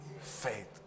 faith